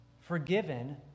forgiven